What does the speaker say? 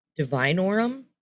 Divinorum